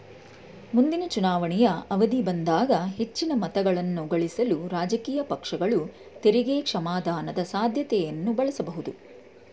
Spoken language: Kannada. ಮುಂದಿನ ಚುನಾವಣೆಯ ಅವಧಿ ಬಂದಾಗ ಹೆಚ್ಚಿನ ಮತಗಳನ್ನಗಳಿಸಲು ರಾಜಕೀಯ ಪಕ್ಷಗಳು ತೆರಿಗೆ ಕ್ಷಮಾದಾನದ ಸಾಧ್ಯತೆಯನ್ನ ಬಳಸಬಹುದು